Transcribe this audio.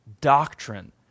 doctrine